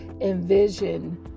envision